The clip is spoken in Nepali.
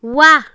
वाह